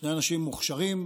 שני אנשים מוכשרים,